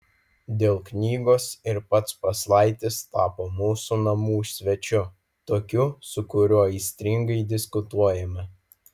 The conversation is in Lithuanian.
dėl knygos ir pats paslaitis tapo mūsų namų svečiu tokiu su kuriuo aistringai diskutuojame